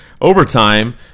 overtime